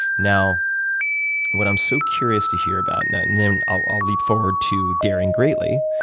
now what i'm so curious to hear about, and i'll leap forward to daring greatly.